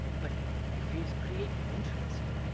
but if he is creative, interested,